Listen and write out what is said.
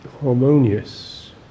harmonious